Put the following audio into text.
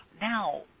Now